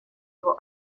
его